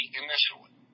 initially